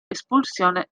espulsione